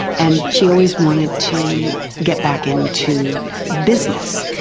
and she always wanted to get back into business.